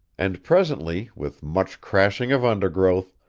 and presently, with much crashing of undergrowth,